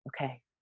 okay